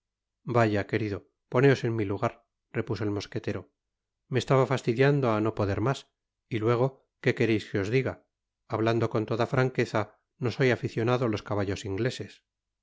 j vaya querido poneos en mi lugar repuso el mosquetero me estaba fastidiando á no poder mas y luego que quereis que os diga hablando con toda franqueza no soy aficionado á los caballos ingleses